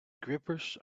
grippers